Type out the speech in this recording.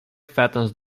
fattens